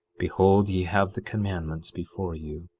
behold, ye have the commandments before you,